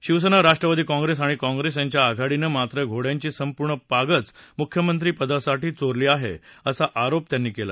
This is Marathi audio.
शिवसेना राष्ट्रवादी काँग्रेस आणि काँग्रेस यांच्या आघाडीनं मात्र घोड्यांची संपूर्ण पागाच मुख्यमंत्रीपदासह चोरली आहे असा आरोप त्यांनी केला